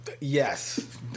Yes